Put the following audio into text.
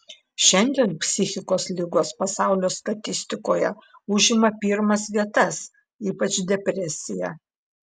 šiandien psichikos ligos pasaulio statistikoje užima pirmas vietas ypač depresija